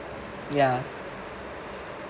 ya